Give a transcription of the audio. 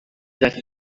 that